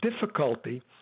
difficulty